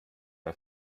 bei